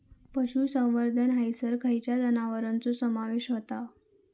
पशुसंवर्धन हैसर खैयच्या जनावरांचो समावेश व्हता?